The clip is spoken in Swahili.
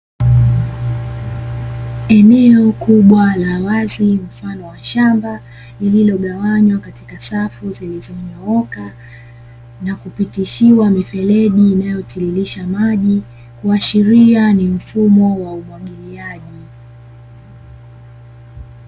Eneo kubwa la wazi mfano wa shamba, lililogawanywa katika safu zilizonyooka, na kupitishiwa mifereji inayotiririsha maji. Kuashiria ni mfumo wa umwagiliaji.